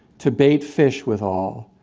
to bait fish with all.